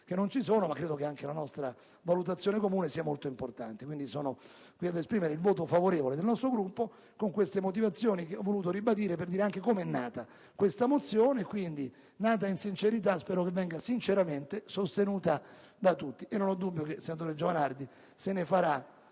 che non ci sono, ma credo che anche la nostra valutazione comune sia molto importante. Pertanto, annunzio il voto favorevole del nostro Gruppo, con le motivazioni che ho voluto ribadire anche per dire com'è nata questa mozione: nata in sincerità, spero venga sinceramente sostenuta da tutti, e non ho dubbio che il sottosegretario Giovanardi se ne farà